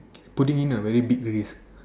putting in a very big risk